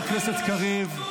קריב,